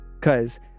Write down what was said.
cause